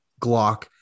Glock